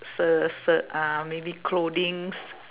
sell sell ah maybe clothings